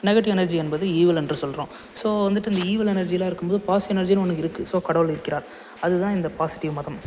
negative energy என்பது evil என்று சொல்கிறோம் ஸோ வந்துட்டு இந்த ஈவில் எனர்ஜிலாம் இருக்கும்போது பாஸ் எனர்ஜின்னு ஒன்று இருக்குது ஸோ கடவுள் இருக்கிறார் அதுதான் இந்த பாசிட்டிவ் மதம்